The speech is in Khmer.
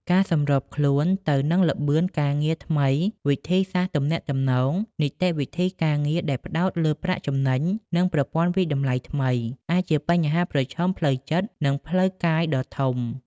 ការសម្របខ្លួនទៅនឹងល្បឿនការងារថ្មី វិធីសាស្រ្តទំនាក់ទំនង នីតិវិធីការងារដែលផ្តោតលើប្រាក់ចំណេញ និងប្រព័ន្ធវាយតម្លៃថ្មី អាចជាបញ្ហាប្រឈមផ្លូវចិត្ត និងផ្លូវកាយដ៏ធំ។